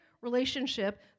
relationship